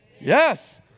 Yes